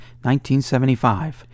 1975